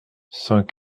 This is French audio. cent